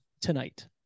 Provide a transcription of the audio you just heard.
tonight